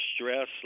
stress